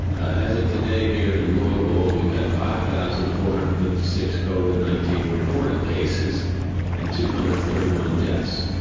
as of today, here in louisville, we've had five thousand four hundred and fifty six cove in nineteen recorded cases and two hundred and thirty one deaths.